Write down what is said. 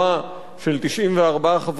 של 94 חברי כנסת.